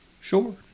Sure